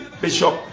bishop